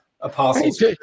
apostles